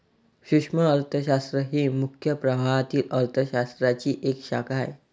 सूक्ष्म अर्थशास्त्र ही मुख्य प्रवाहातील अर्थ शास्त्राची एक शाखा आहे